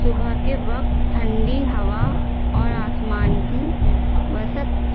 صبح کے وقت ٹھنڈی ہوا اور آسمان کی وسط